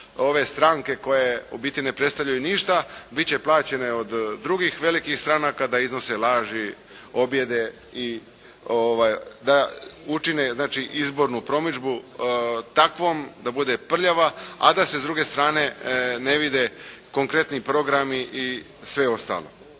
ove stranke koje u biti ne predstavljaju ništa bit će plaćene od drugih velikih stranaka da iznose laži, objede i da učine znači izbornu promidžbu takvom da bude prljava, a da se s druge strane ne vide konkretni programi i sve ostalo.